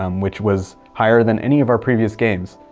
um which was higher than any of our previous games.